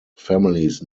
families